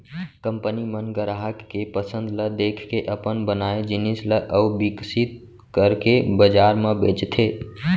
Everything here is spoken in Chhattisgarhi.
कंपनी मन गराहक के पसंद ल देखके अपन बनाए जिनिस ल अउ बिकसित करके बजार म बेचथे